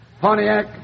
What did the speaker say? Pontiac